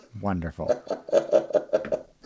Wonderful